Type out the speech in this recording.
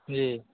जी